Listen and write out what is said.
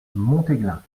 montéglin